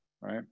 right